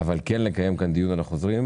אנחנו מבקשים לקיים כאן דיון על החוזרים,